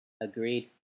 Agreed